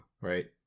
right